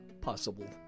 possible